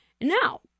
Now